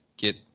get